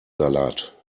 salat